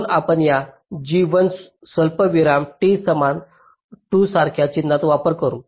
म्हणून आपण या g 1 स्वल्पविराम t समान 2 सारख्या चिन्हाचा वापर करू